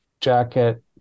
jacket